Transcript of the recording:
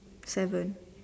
seven